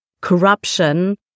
corruption